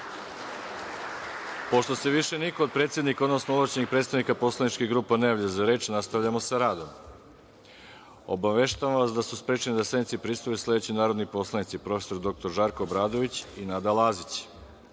se više niko od predsednika, odnosno ovlašćenih predstavnika poslaničkih grupa ne javlja za reč, nastavljamo sa radom. Obaveštavam vas da su sprečeni da sednici prisustvuju sledeći narodni poslanici – prof. dr Žarko Obradović i Nada